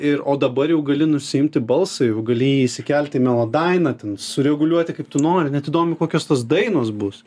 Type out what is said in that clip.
ir o dabar jau gali nusiimti balsą jau gali jį įsikelti į melodainą ten sureguliuoti kaip tu nori net įdomu kokios tos dainos bus